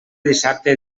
dissabte